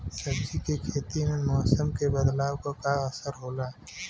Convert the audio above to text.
सब्जी के खेती में मौसम के बदलाव क का असर होला?